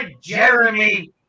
Jeremy